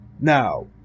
Now